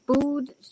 food